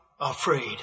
afraid